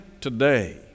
today